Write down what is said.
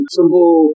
Simple